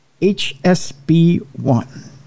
HSB1